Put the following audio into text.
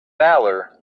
valour